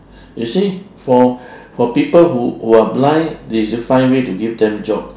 you see for for people who who are blind they find way to give them job